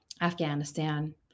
Afghanistan